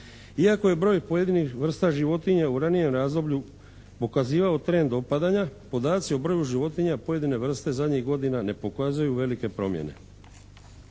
Iako je broj pojedinih vrsta životinja u ranijem razdoblju pokazivao trend opadanja podaci o broju životinja pojedine vrste zadnjih godina ne pokazuju velike promjene.